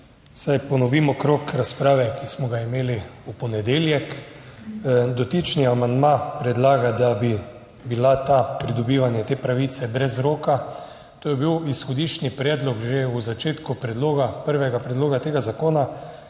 Vsaj ponovimo krog razprave, ki smo ga imeli v ponedeljek. Dotični amandma predlaga, da bi bila ta pridobivanje te pravice brez roka. To je bil izhodiščni predlog, že v začetku predloga, prvega predloga tega zakona,